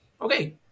Okay